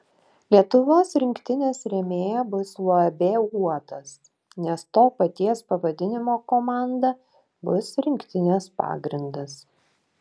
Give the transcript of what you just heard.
lietuvos rinktinės rėmėja bus uab uotas nes to paties pavadinimo komanda bus rinktinės pagrindas